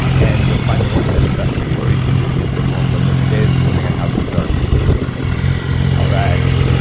and you'll find the one that's best for you, or you can just use different ones on different days depending on how dark you're feeling all right.